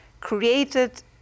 created